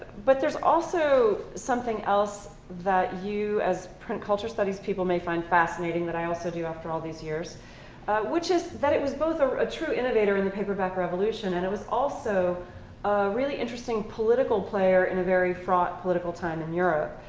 but there's also something else that you as print culture studies people may find fascinating that i also do after all these years which is that it was both ah a true innovator in the paperback revolution and it was also a really interesting political player in a very fraught political time in europe.